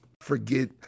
forget